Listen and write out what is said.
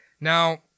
Now